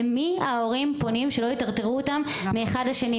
למי ההורים פונים שלא יטרטרו אותם מאחד לשני?